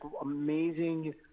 amazing